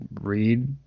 read